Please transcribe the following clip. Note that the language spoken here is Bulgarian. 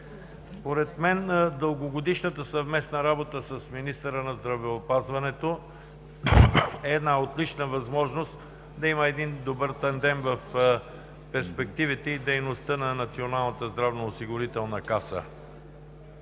Според мен дългогодишната съвместна работа с министъра на здравеопазването е отлична възможност да има добър тандем в перспективите и дейността на Националната здравноосигурителна каса.